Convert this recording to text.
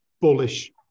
bullish